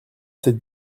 cette